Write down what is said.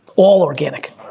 all organic?